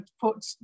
put